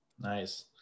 Nice